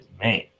Man